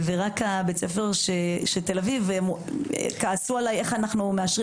לגבי בית הספר בתל אביב כעסו עלי איך אנחנו מאשרים